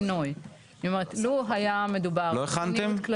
לא הכנתם?